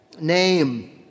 name